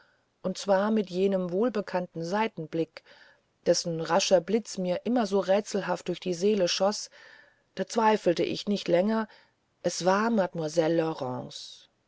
und zwar mit jenem wohlbekannten seitenblick dessen rascher blitz mir immer so rätselhaft durch die seele schoß da zweifelte ich nicht länger es war mademoiselle